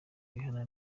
rihanna